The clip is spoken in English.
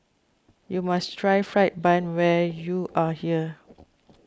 you must try Fried Bun when you are here